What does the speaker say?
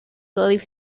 leaves